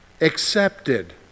Accepted